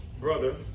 brother